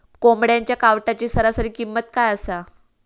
कोंबड्यांच्या कावटाची सरासरी किंमत काय असा?